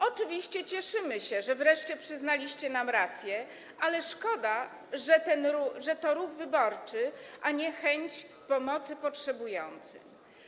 Oczywiście cieszymy się, że wreszcie przyznaliście nam rację, ale szkoda, że to ruch wyborczy, a nie chęć pomocy potrzebującym.